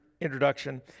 introduction